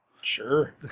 Sure